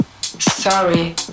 Sorry